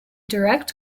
direct